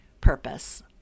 purpose